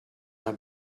had